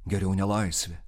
geriau nelaisvė